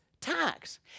tax